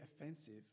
offensive